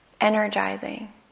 energizing